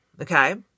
Okay